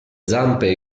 zampe